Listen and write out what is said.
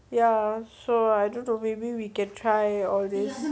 ya so I don't know maybe we can try all this